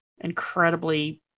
Incredibly